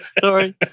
sorry